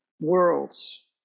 worlds